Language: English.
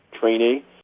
trainee